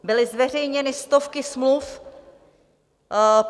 Byly zveřejněny stovky smluv.